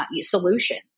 solutions